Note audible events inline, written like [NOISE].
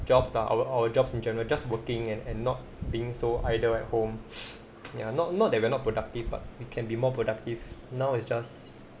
jobs are our our jobs in general just working and and not being so idle at home [NOISE] ya not not that we are not productive but we can be more productive now is just